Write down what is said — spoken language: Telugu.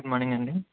గుడ్ మార్నింగ్ అండి